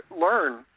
learn